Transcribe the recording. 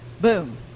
Boom